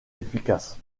efficace